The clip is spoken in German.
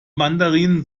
mandarin